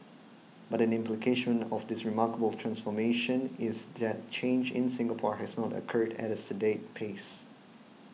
but an implication of this remarkable transformation is that change in Singapore has not occurred at a sedate pace